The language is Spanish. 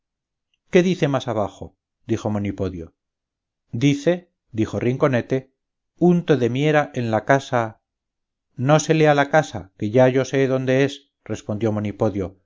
qué dice más abajo dijo monipodio dice dijo rinconete unto de miera en la casa no se lea la casa que ya yo sé dónde es respondió